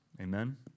Amen